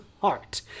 heart